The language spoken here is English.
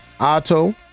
auto